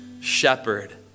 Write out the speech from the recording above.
shepherd